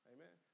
Amen